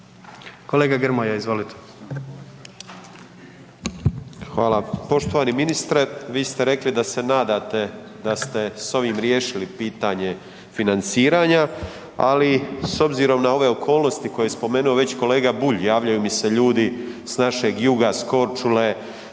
Kolega Grmoja, izvolite.